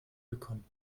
gekommen